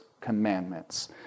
commandments